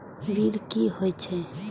Bill की हौए छै?